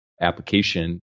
application